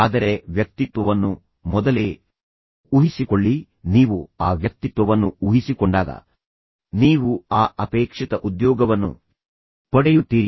ಆದರೆ ವ್ಯಕ್ತಿತ್ವವನ್ನು ಮೊದಲೇ ಊಹಿಸಿಕೊಳ್ಳಿ ನೀವು ಆ ವ್ಯಕ್ತಿತ್ವವನ್ನು ಊಹಿಸಿಕೊಂಡಾಗ ನೀವು ಆ ಅಪೇಕ್ಷಿತ ಉದ್ಯೋಗವನ್ನು ಪಡೆಯುತ್ತೀರಿ